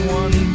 one